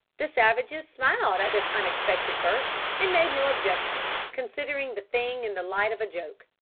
the savages smiled at this unexpected burst and made no objection, considering the thing in the light of a joke.